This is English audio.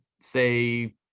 say